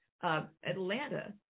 Atlanta